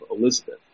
Elizabeth